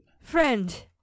Friend